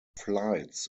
flights